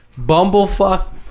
Bumblefuck